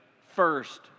first